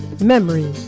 Memories